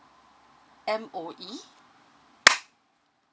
M O E